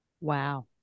wow